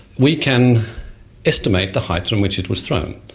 we can estimate the height from which it was thrown.